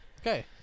Okay